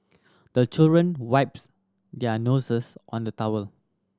the children wipes their noses on the towel